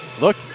Look